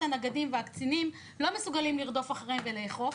הנגדים והקצינים לא מסוגלים לרדוף אחריהם ולאכוף.